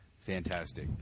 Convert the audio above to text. fantastic